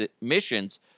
missions